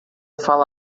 fala